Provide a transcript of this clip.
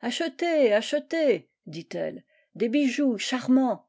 achetez achetez dit-elle des bijoux charmants